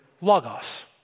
logos